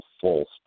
false